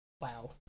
Wow